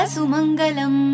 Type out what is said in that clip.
Sumangalam